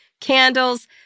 candles